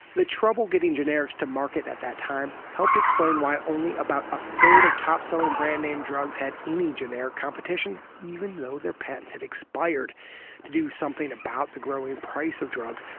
the trouble getting generics to market at that time helped explain why only about a third of top-selling brand-name drugs had any generic competition, even though their patents had expired to do something about the growing price of drugs,